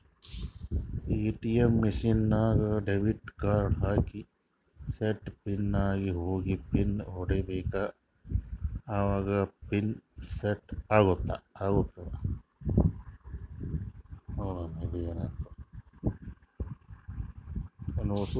ATM machine ನಾಗ್ debit card ಹಾಕಿ set pin ನಾಗ್ ಹೋಗಿ ಪಿನ್ ಹೊಡಿಬೇಕ ಅವಾಗ ಪಿನ್ ಸೆಟ್ ಆತ್ತುದ